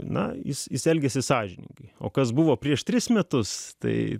na jis elgiasi sąžiningai o kas buvo prieš tris metus tai